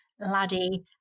laddie